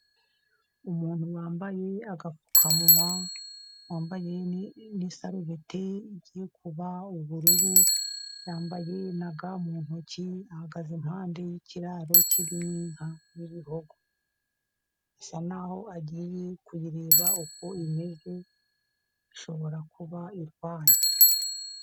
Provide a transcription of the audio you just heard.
Umuntu wambaye agapfukamunwa, wambaye n'isarubeti igiye kuba ubururu, yambaye na ga mu ntoki, ahagaze impande y'ikiraro kirimo Inka isa n'ibihogo. Agiye kuyireba uko imeze, ishobora kuba irwaye.